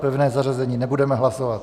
Pevné zařazení nebudeme hlasovat.